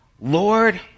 lord